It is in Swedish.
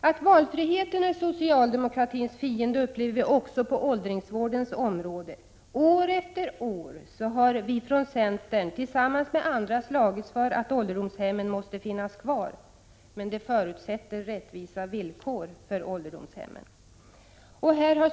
Att valfriheten är socialdemokratins fiende upplever vi också på åldringsvårdens område. År efter år har vi från centern tillsammans med andra slagits för att ålderdomshemmen måste finnas kvar. Men det förutsätter rättvisa villkor för ålderdomshemmen.